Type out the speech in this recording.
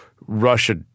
Russia